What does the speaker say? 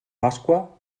pasqua